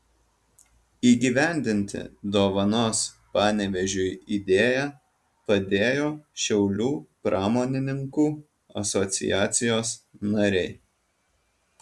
įgyvendinti dovanos panevėžiui idėją padėjo šiaulių pramonininkų asociacijos nariai